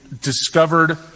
discovered